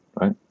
right